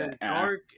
Dark